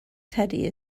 teddy